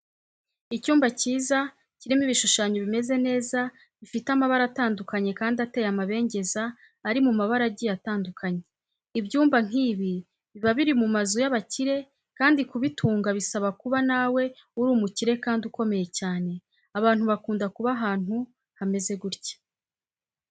Icyumba kiza kirimo ibishushanyo bimeze neza, bifite amabara atandukanye kandi ateye amabengeza ari mu mabara agiye atandukanye. Ibyumba nk'ibi biba biri mu mazu y'abakire kandi kubitunga bisaba kuba nawe uri umukire kandi ukomeye cyane, abantu bakunda kuba ahantu hameze gutya.